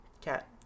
Cat